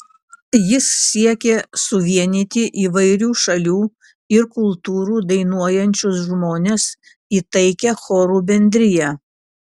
jis siekė suvienyti įvairių šalių ir kultūrų dainuojančius žmones į taikią chorų bendriją